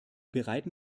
bereiten